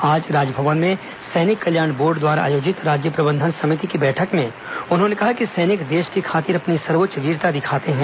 आज राजभवन में सैनिक कल्याण बोर्ड द्वारा आयोजित राज्य प्रबंधन समिति की बैठक में उन्होंने कहा कि सैनिक देश की खातिर अपनी सर्वोच्च वीरता दिखाते हैं